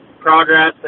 progress